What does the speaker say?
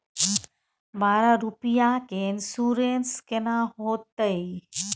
बारह रुपिया के इन्सुरेंस केना होतै?